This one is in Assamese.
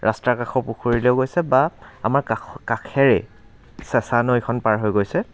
ৰাস্তাৰ কাষৰ পুখুৰীলৈ গৈছে বা আমাৰ কাষৰ কাষেৰেই চেঁচা নৈখন পাৰ হৈ গৈছে